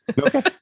Okay